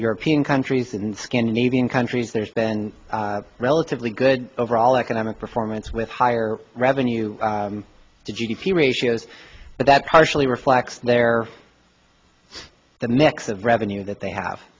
european countries and scandinavian countries there's been relatively good overall economic performance with higher revenue to g d p ratios but that partially reflects their the mix of revenue that they have